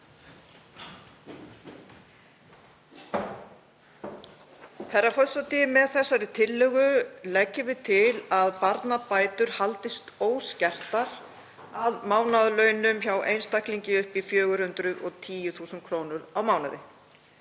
Herra forseti. Með þessari tillögu leggjum við til að barnabætur haldist óskertar að mánaðarlaunum hjá einstaklingi upp í 410.000 kr. á mánuði.